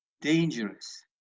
dangerous